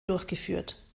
durchgeführt